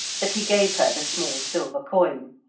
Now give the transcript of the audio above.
that he gave her the small silver coin,